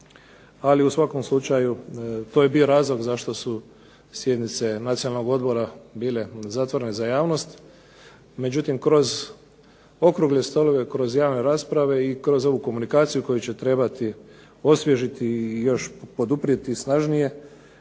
ali u svakom slučaju to je bio razlog zašto su sjednice Nacionalnog odbora bile zatvorene za javnost. Međutim kroz okrugle stolove, kroz javne rasprave i kroz ovu komunikaciju koju će trebati osvježiti i još poduprijeti snažnije